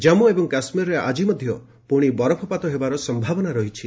ଜାମ୍ମୁ ଏବଂ କାଶ୍ମୀରରେ ଆକି ମଧ୍ୟ ପୁଣି ବରଫପାତ ହେବାର ସମ୍ଭାବନା ରହିଛି